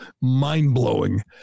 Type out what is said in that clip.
mind-blowing